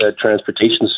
transportation